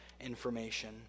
information